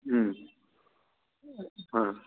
হুম হ্যাঁ